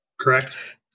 Correct